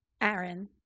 Aaron